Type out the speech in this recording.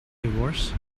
divorce